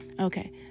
Okay